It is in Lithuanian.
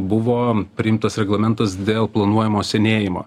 buvo priimtas reglamentas dėl planuojamo senėjimo